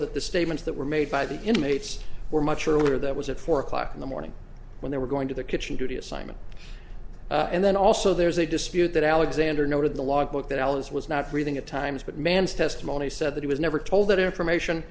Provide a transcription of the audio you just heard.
that the statements that were made by the inmates were much earlier that was at four o'clock in the morning when they were going to the kitchen duty assignment and then also there's a dispute that alexander noted the log book that alice was not breathing at times but man's testimony said that he was never told that information